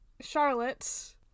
Charlotte